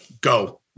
Go